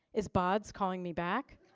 is bods calling me back?